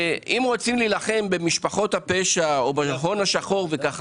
אם רוצים להילחם במשפחות הפשע או בהון השחור וכו',